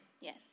Yes